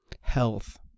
health